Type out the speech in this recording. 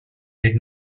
did